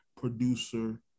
producer